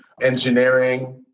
engineering